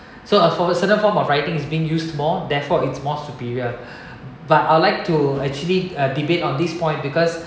so uh for a certain certain form of writing is being used more therefore it's more superior but I'd like to actually uh debate on this point because